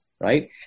right